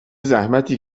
زحمتی